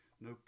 no